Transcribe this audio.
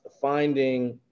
finding